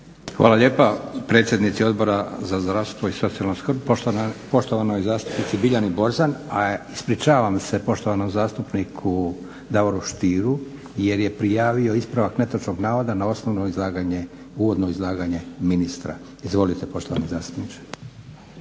Hvala lijepa predsjednici Odbora za zdravstvo i socijalnu skrb poštovanoj zastupnici Biljani Borzani. A ispričavam se poštovanom zastupniku Davoru Stieru jer je prijavio ispravak netočnog navoda na uvodno izlaganje ministra. Izvolite poštovani zastupniče.